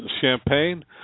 champagne